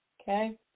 Okay